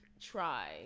try